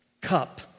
cup